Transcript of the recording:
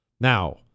Now